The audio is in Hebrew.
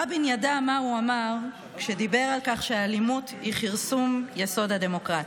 רבין ידע מה הוא אמר כשדיבר על כך שאלימות היא כרסום יסוד הדמוקרטיה,